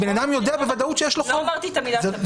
לא אמרתי את המילה תמיד.